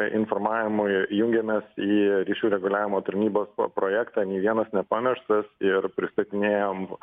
informavimui jungėmės į ryšių reguliavimo tarnybos projektą nė vienas nepamirštas ir pristatinėjom